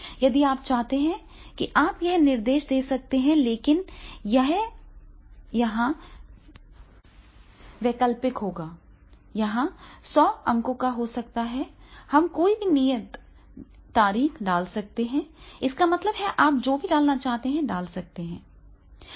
यदि आप चाहते हैं कि आप यहां निर्देश दे सकते हैं लेकिन यह यहां वैकल्पिक होगा यह 100 अंकों का हो सकता है हम कोई भी नियत तारीख डाल सकते हैं इसका मतलब है कि आप जो भी डालना चाहते हैं डाल सकते हैं